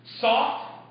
soft